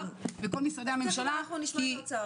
אם אנחנו מדברים על העלאת שכר בשתי פעימות,